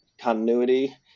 continuity